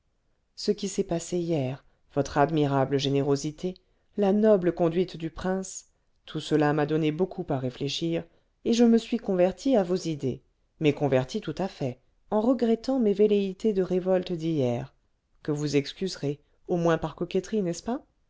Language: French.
ce qui s'est passé hier votre admirable générosité la noble conduite du prince tout cela m'a donné beaucoup à réfléchir et je me suis converti à vos idées mais converti tout à fait en regrettant mes velléités de révolte d'hier que vous excuserez au moins par coquetterie n'est-ce pas